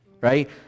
right